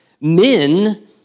men